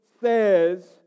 says